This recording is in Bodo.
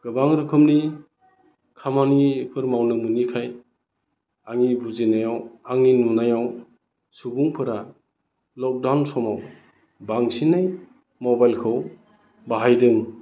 गोबां रोखोमनि खामानिफोर मावनो मोनैखाय आंनि बुजिनायाव आंनि नुनायाव सुबुंफोरा लकडाउन समाव बांसिनै मबाइलखौ बाहायदों